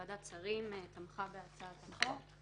ועדת שרים תמכה בהצעת החוק.